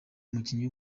umukinnyi